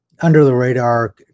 under-the-radar